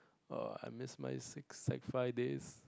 !orh! I miss my sick sec five days